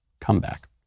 comeback